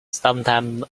sometimes